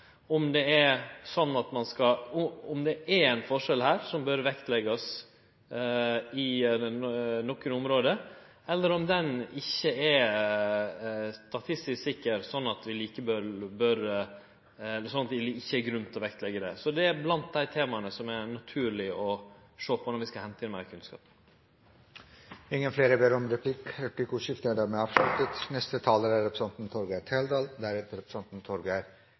om det er ein forskjell som bør vektleggjast, eller om han ikkje er statistisk sikker, sånn at det ikkje er grunn til å vektleggje det. Det er blant dei temaa det er naturleg å sjå på når vi skal hente inn meir kunnskap. Replikkordskiftet er